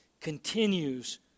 continues